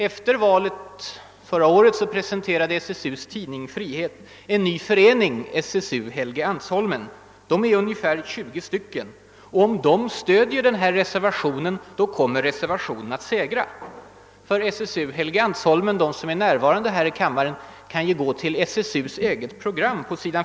Efter valet förra året presenterade SSU:s tidning Frihet en ny förening, »SSU Helgeandsholmen». Den har ungefär 20 medlemmar. Om de stöder reservationen, kommer reservationen att segra. De medlemmar av SSU Helgeands holmen som är närvarande här i kammaren kan ju gå till SSU:s program. På sid.